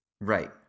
Right